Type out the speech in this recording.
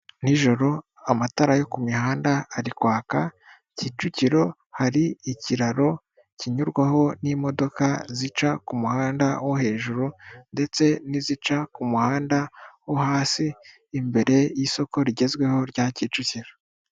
Nijoro amatara yo ku mihanda ari kwaka, Kicukiro hari ikiraro kinyurwaho n'imodoka zica ku muhanda wo hejuru ndetse n'izica ku muhanda wo hasi, imbere y'isoko rigezweho rya Kicukiro.